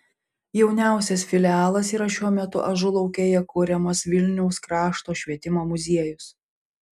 jauniausias filialas yra šiuo metu ažulaukėje kuriamas vilniaus krašto švietimo muziejus